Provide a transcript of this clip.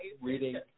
reading